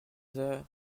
heures